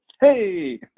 Hey